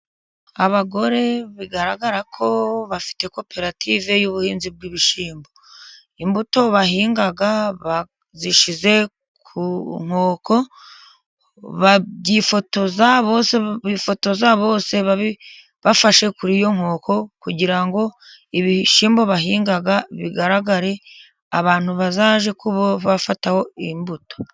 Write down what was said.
Abagore bigaragara ko bafite koperative y'ubuhinzi bw'ibishyimbo. Imbuto bahinga bayishize ku nkoko, bifotoza bose bafashe kuri iyo nkoko kugira ngo ibishyimbo bahinga bigaragare, abantu bazaze kuba bafataho iyi imbuto.